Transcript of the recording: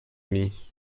ami